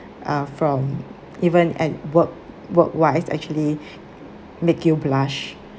uh from even at work work wise actually make you blush